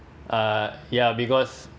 uh ya because